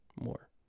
more